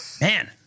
Man